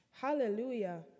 Hallelujah